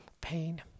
pain